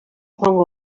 joango